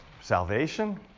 salvation